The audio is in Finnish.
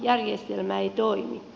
järjestelmä ei toimi